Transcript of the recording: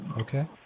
Okay